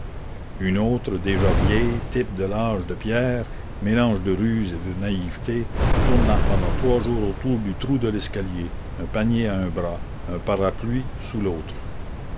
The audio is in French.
une autre déjà vieille type de l'âge de pierre mélange de ruse et de naïveté tourna pendant trois jours autour du trou de l'escalier un panier à un bras un parapluie sous l'autre